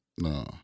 No